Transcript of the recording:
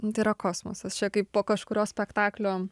nu tai yra kosmosas čia kaip po kažkurio spektaklio